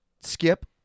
skip